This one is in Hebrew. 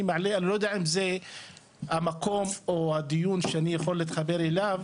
אני לא יודע אם זה המקום או הדיון שאני יכול להתחבר אליו,